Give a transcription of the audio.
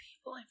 People